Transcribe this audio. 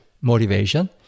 motivation